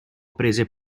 prese